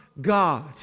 God